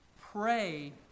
pray